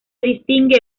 distingue